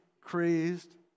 crazed